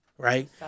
Right